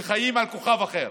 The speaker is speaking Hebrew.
שחיים על כוכב אחר.